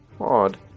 Odd